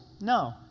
No